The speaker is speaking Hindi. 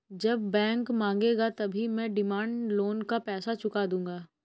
जब बैंक मांगेगा तभी मैं डिमांड लोन का पैसा चुका दूंगा